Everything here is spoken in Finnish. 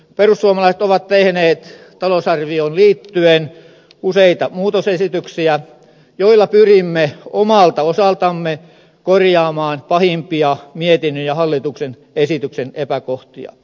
perussuomalaiset ovat tehneet talousarvioon liittyen useita muutosesityksiä joilla pyrimme omalta osaltamme korjaamaan pahimpia mietinnön ja hallituksen esityksen epäkohtia